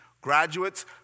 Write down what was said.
Graduates